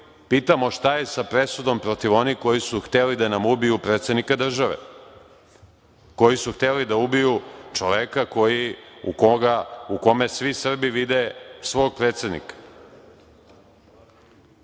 pitamo šta je sa presudom protiv onih koji su hteli da nam ubiju predsednika države, koji su hteli da ubiju čoveka u kome svi Srbi vide svog predsednika? Gospodin